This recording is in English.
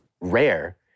rare